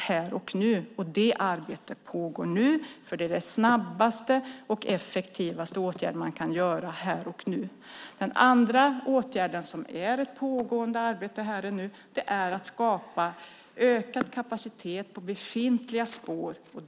Det arbetet pågår nu, för det är de snabbaste och effektivaste åtgärder man kan vidta här och nu. Den andra åtgärden som är ett pågående arbete här och nu är att skapa ökad kapacitet på befintliga spår.